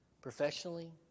Professionally